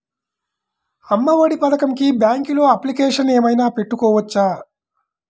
అమ్మ ఒడి పథకంకి బ్యాంకులో అప్లికేషన్ ఏమైనా పెట్టుకోవచ్చా?